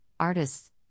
artists